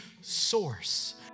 source